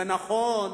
נכון,